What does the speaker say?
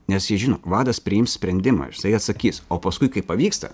nes jie žino vadas priims sprendimą jisai atsakys o paskui kai pavyksta